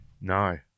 No